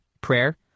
prayer